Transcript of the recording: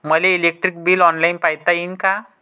मले electric bill online पायता येईन का?